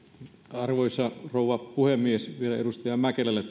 arvoisa rouva puhemies vielä edustaja mäkelälle